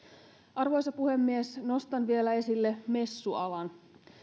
arvoisa puhemies nostan vielä esille messualan